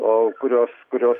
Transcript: o kurios kurios